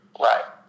Right